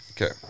Okay